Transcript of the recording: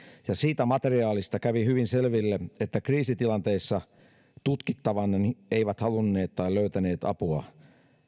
ja siitä materiaalista kävi hyvin selville että kriisitilanteissa tutkittavani eivät halunneet tai löytäneet apua